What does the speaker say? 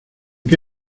que